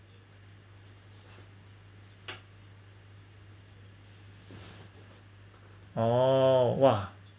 oh !wah!